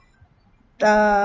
uh